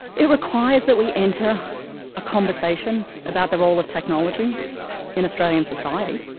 it requires that we enter a conversation about the role of technology in australian society,